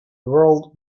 world